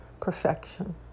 perfection